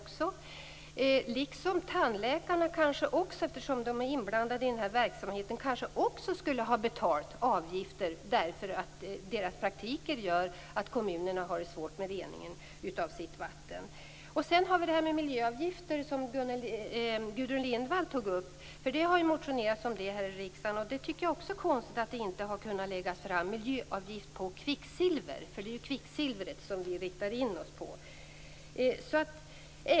Kanske tandläkarna också skulle ha betalt avgifter då deras praktiker gör att kommunerna har svårt med reningen av sitt vatten. Gudrun Lindvall tog upp frågan om miljöavgifter. Det har också väckts motioner om det i riksdagen. Jag tycker att det är konstigt att det inte har lagts fram förslag på miljöavgift på kvicksilver. Det är kvicksilvret vi riktar in oss på.